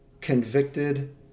convicted